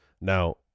Now